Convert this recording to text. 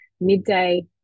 midday